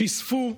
שיספו,